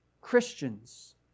Christians